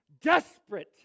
desperate